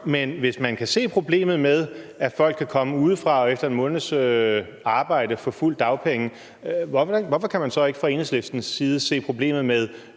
Men hvis man kan se problemet med, at folk kan komme udefra og efter 1 måneds arbejde få fulde dagpenge, hvorfor kan man så ikke fra Enhedslistens side se problemet med,